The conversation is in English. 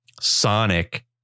sonic